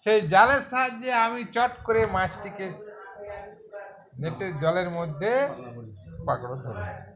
সেই জালের সাহায্যে আমি চট করে মাছটিকে নেটের জলের মধ্যে পাকড়ে ধরি